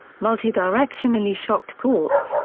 multidirectionally shocked quartz,